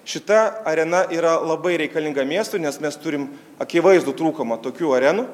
šita arena yra labai reikalinga miestui nes mes turim akivaizdų trūkumą tokių arenų